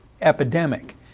epidemic